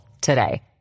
today